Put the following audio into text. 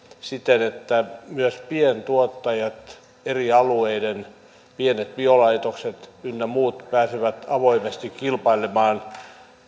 siten että myös pientuottajat eri alueiden pienet biolaitokset ynnä muut pääsevät avoimesti kilpailemaan